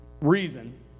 reason